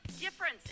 difference